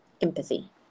empathy